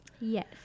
Yes